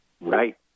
Right